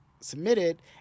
submitted